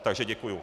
Takže děkuju.